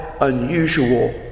unusual